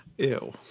Ew